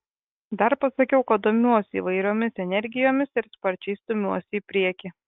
dar pasakiau kad domiuosi įvairiomis energijomis ir sparčiai stumiuosi į priekį